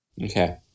Okay